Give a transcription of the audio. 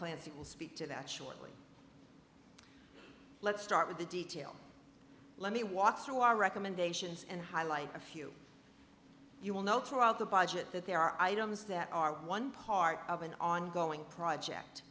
clancy will speak to that shortly let's start with the details let me walk through our recommendations and highlight a few you will know try out the budget that there are items that are one part of an ongoing project